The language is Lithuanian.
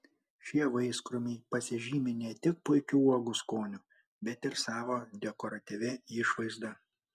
šie vaiskrūmiai pasižymi ne tik puikiu uogų skoniu bet ir savo dekoratyvia išvaizda